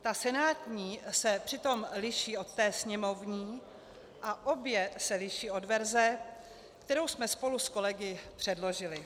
Ta senátní se přitom liší od sněmovní a obě se liší od verze, kterou jsme spolu s kolegy předložili.